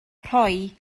rhoi